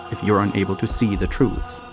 if you're unable to see the truth.